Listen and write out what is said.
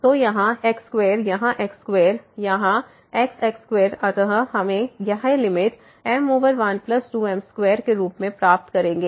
तो यहाँ x2 यहाँ x2 यहाँ x x2 अतः हम यह लिमिट m12m2 के रूप में प्राप्त करेंगे